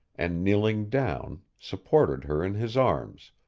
and kneeling down, supported her in his arms,